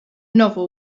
novel